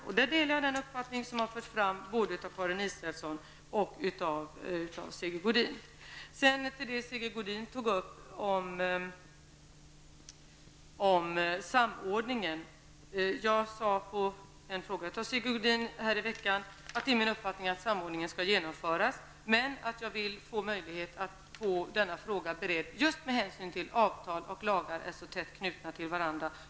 Jag delar den uppfattning som har förts fram av både Karin Sigge Godin tog upp samordningen. Jag sade, som svar på en fråga från Sigge Godin, här i veckan att det är min uppfattning att samordning skall genomföras, men att jag vill få möjlighet att få denna fråga beredd med hänsyn till att avtal och lagar är så tätt knutna till varandra.